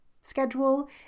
schedule